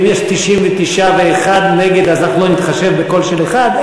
ואם יש 99% ו-1% נגד, לא נתחשב בקול של ה-1%?